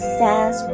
says